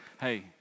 Hey